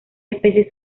especies